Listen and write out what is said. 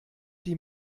die